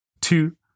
two